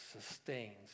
sustains